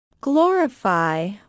glorify